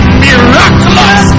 miraculous